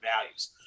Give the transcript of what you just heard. values